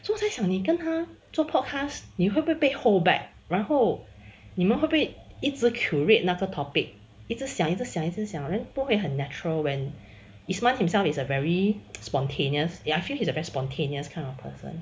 so 在想你跟他做 podcast 你会不会被 hold back 然后你们会不会一直 curate 那个 topic 一直想一直想一直想然后不会很 natural when isman himself is a very spontaneous ya I feel he's a very spontaneous kind of person